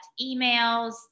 emails